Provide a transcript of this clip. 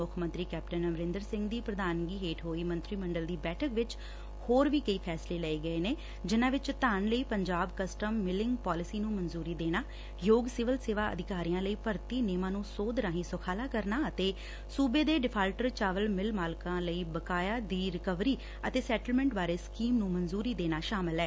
ਮੱਖ ਮੰਤਰੀ ਕੈਪਟਨ ਅਮਰੰਦਰ ਸਿੰਘ ਦੀ ਪ੍ਰਧਾਨਗੀ ਹੇਠ ਹੋਈ ਮੰਤਰੀ ਮੰਡਲ ਦੀ ਬੈਠਕ ਵਿਚ ਹੋਰ ਵੀ ਕਈ ਫੈਸਲੇ ਲਏ ਗਏ ਨੇ ਜਿਨਾਂ ਵਿਚ ਧਾਨ ਲਈ ਪੰਜਾਬ ਕੈਸਟਮ ਮਿਲਿੰਗ ਪਾਲਿਸੀ ਨੂੰ ਮਨਜੁਰੀ ਦੇਣਾ ਯੋਗ ਸਿਵਲ ਸੇਵਾ ਅਧਿਕਾਰੀਆ ਲਈ ਭਰਤੀ ਨੇਮਾ ਨੂੰ ਸੋਧ ਰਾਹੀ ਸੁਖਾਲਾ ਕਰਨਾ ਅਤੇ ਸੂਬੇ ਦੇ ਡਿਫਾਲਟਰ ਚਾਵਲ ਸਿੱਲ ਮਾਲਕਾਂ ਲਈ ਬਕਾਇਆ ਦੀ ਰਿਕਵਰੀ ਅਤੇ ਸਟੈਲਮੈਂਟ ਬਾਰੇ ਸਕੀਮ ਨੂੰ ਮਨਜੁਰੀ ਦੇਣਾ ਸ਼ਾਮਲ ਐ